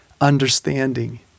understanding